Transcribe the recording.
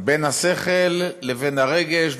בין השכל לבין הרגש,